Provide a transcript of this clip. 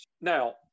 Now